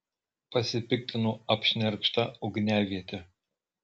pasipiktino apšnerkšta ugniaviete